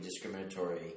discriminatory